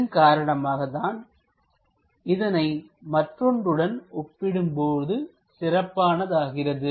இதன் காரணமாகத் தான் இதனை மற்றொன்றுடன் ஒப்பிடும்போது சிறப்பானதாகிறது